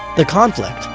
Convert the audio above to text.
the conflict,